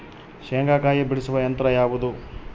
ಶೇಂಗಾಕಾಯಿ ಬಿಡಿಸುವ ಯಂತ್ರ ಯಾವುದು?